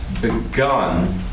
begun